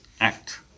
act